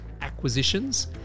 acquisitions